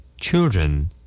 Children